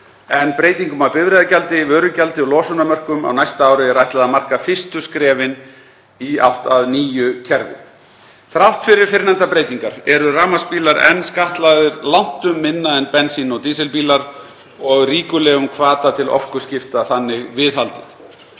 en breytingum á bifreiðagjaldi, vörugjaldi og losunarmörkum á næsta ári er ætlað að marka fyrstu skrefin í átt að nýju kerfi. Þrátt fyrir fyrrnefndar breytingar eru rafmagnsbílar enn skattlagðir langtum minna en bensín- og dísilbílar og ríkulegum hvata til orkuskipta þannig viðhaldið.